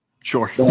Sure